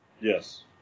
Yes